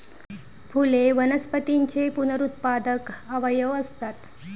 फुले वनस्पतींचे पुनरुत्पादक अवयव असतात